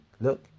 look